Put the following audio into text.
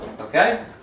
Okay